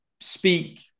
speak